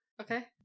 Okay